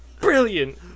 Brilliant